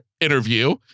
interview